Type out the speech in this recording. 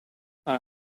are